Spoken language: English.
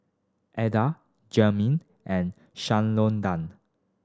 Adda Jamey and Shalonda